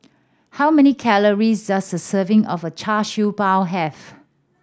how many calories does a serving of Char Siew Bao have